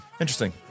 interesting